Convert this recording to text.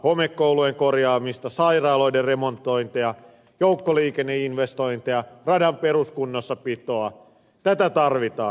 homekoulujen korjaamista sairaaloiden remontointia joukkoliikenneinvestointeja radan peruskunnossapitoa tätä tarvitaan